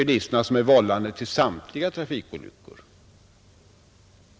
Bilisterna vållar inte samtliga trafikolyckor.